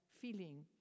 feeling